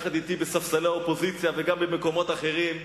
יחד אתי בספסלי האופוזיציה וגם במקומות אחרים,